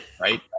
right